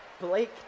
Blake